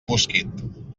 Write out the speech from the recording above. mosquit